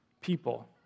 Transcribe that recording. people